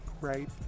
right